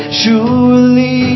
surely